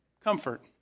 comfort